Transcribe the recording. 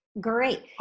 great